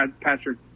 Patrick